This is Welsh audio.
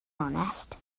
onest